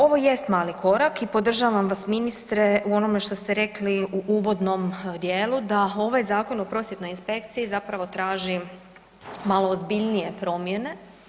Ovo jest mali korak i podržavam vas ministre u onome što ste rekli u uvodnom dijelu da ovaj Zakon o prosvjetnoj inspekciji zapravo traži malo ozbiljnije promjene.